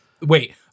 Wait